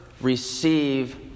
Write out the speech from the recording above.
receive